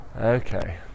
Okay